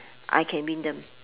I can win them